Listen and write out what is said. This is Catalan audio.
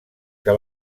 que